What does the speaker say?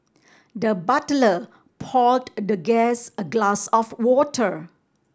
the butler poured the guest a glass of water